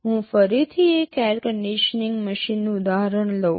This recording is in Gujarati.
હું ફરીથી એક એર કન્ડીશનીંગ મશીનનું ઉદાહરણ લઉં